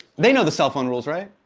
they know the cell phone rules, right?